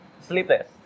Sleepless